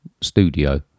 studio